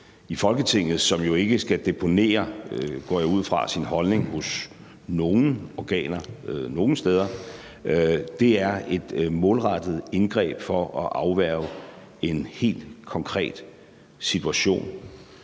i Folketinget, som jo ikke, går jeg ud fra, skal deponere sin holdning hos nogen organer nogen steder, er at foretage et målrettet indgreb for at afværge en helt konkret situation,